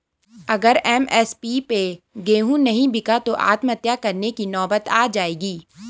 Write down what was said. अगर एम.एस.पी पे गेंहू नहीं बिका तो आत्महत्या करने की नौबत आ जाएगी